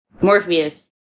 Morpheus